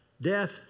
death